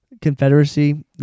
Confederacy